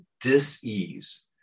dis-ease